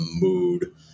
mood